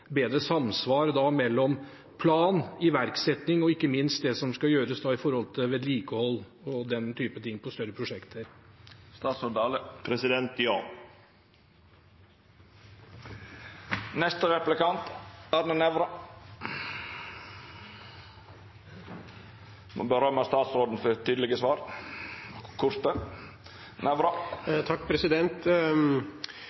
bedre samsvar mellom plan, iverksetting og ikke minst det som skal gjøres når det gjelder vedlikehold og den type ting på større prosjekter? Ja. Presidenten må gje statsråden ros for tydelege, korte svar.